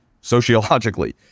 sociologically